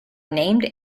named